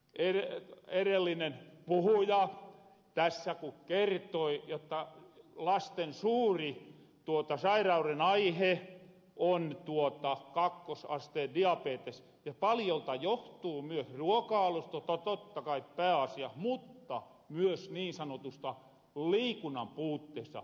lääkärinä erellinen puhuja tässä kertoi jotta lasten suuri sairauren aihe on kakkosasteen diabetes ja paljolta johtuu myös ruokaalusta joka on totta kai pääasia mutta myös niin sanotusta liikunnan puutteesta